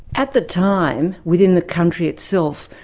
at the time, within the country itself,